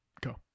Go